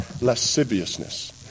lasciviousness